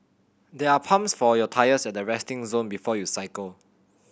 there are pumps for your tyres at the resting zone before you cycle